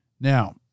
Now